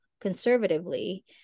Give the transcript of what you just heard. conservatively